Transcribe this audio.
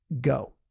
Go